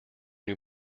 new